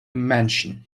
mansion